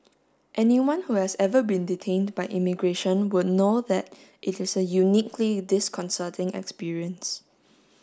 anyone who has ever been detained by immigration would know that it is a uniquely disconcerting experience